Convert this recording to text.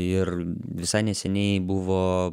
ir visai neseniai buvo